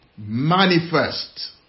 manifest